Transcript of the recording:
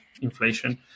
inflation